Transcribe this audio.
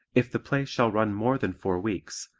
if the play shall run more than four weeks,